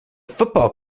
football